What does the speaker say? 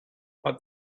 but